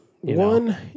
One